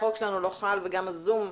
החוק שלנו לא חל וגם ה-זום.